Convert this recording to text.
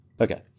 Okay